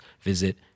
visit